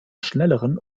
schnelleren